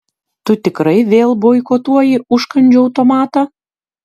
tu tikrai vėl boikotuoji užkandžių automatą